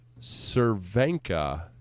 Cervenka